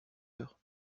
heure